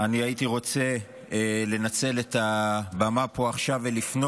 אני הייתי רוצה לנצל את הבמה פה עכשיו ולפנות